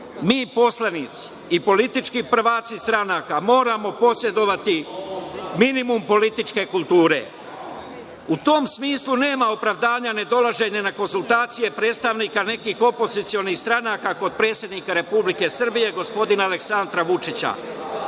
mi poslanici i politički prvaci stranaka moramo posedovati minimum političke kulture. U tom smislu nema opravdanja ne dolaženja na konsultacije predstavnika nekih opozicionih stranaka kod predsednika Republike Srbije, gospodina Aleksandra Vučića.